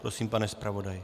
Prosím, pane zpravodaji.